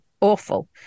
awful